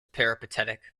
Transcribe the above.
peripatetic